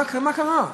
מה קרה?